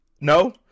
no